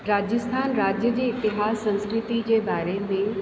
राजस्थान राज्य जे इतिहास संस्कृति जे बारे में